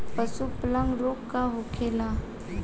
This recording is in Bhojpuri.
पशु प्लग रोग का होखेला?